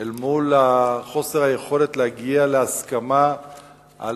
אל מול חוסר היכולת להגיע להסכמה על